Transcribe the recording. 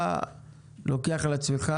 אתה לוקח על עצמך